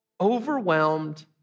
Overwhelmed